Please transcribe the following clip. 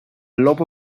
lot